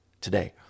today